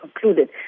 concluded